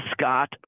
Scott